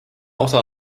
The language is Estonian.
osa